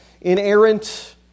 inerrant